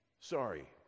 Sorry